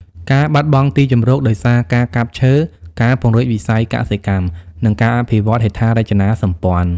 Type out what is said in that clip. ការបាត់បង់ទីជម្រក ដោយសារការកាប់ឈើ ការពង្រីកវិស័យកសិកម្ម និងការអភិវឌ្ឍហេដ្ឋារចនាសម្ព័ន្ធ។